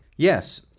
Yes